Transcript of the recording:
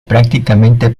prácticamente